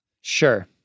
Sure